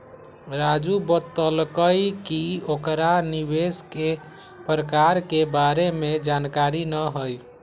राजू बतलकई कि ओकरा निवेश के प्रकार के बारे में जानकारी न हई